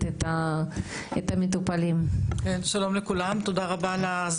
צודק דוקטור, תודה רבה.